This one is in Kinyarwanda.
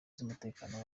z’umutekano